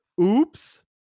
oops